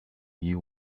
you